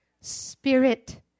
spirit